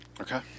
Okay